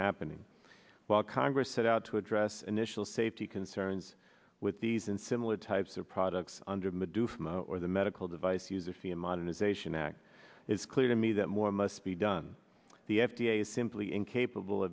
happening while congress set out to address initial safety concerns with these and similar types of products under the medical device user fee and modernization act it's clear to me that more must be done the f d a simply incapable